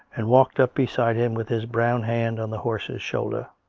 and walked up beside him with his brown hand on the horse's shoulder.